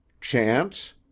Chance